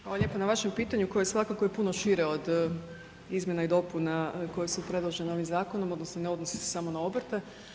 Hvala lijepo na vašem pitanju koje je svakako i puno šire od izmjena i dopuna koja su predložena ovim zakonom, odnosno ne odnosi se samo na obrte.